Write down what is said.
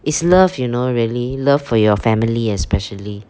it's love you know really love for your family especially